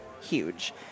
huge